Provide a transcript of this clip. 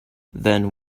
then